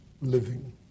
living